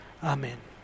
Amen